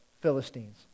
Philistines